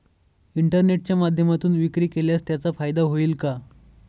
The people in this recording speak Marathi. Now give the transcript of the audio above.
इंटरनेटच्या माध्यमातून विक्री केल्यास त्याचा फायदा होईल का?